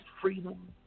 freedom